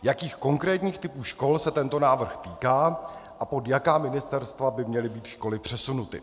Jakých konkrétních typů škol se tento návrh týká a pod jaká ministerstva by měly být školy přesunuty.